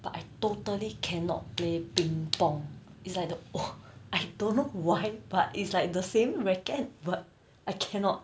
but I totally cannot play ping pong it's like the oh I don't know why but it's like the same racket but I cannot